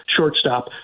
shortstop